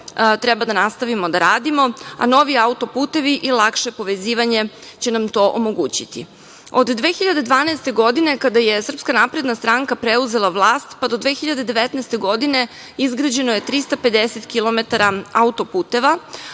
treba da nastavimo da radimo, a novi auto-putevi i lakše povezivanje će nam to omogućiti. Od 2012. godine, kada je SNS preuzela vlast, pa do 2019. godine, izgrađeno je 350 kilometara auto-puteva,